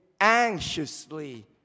anxiously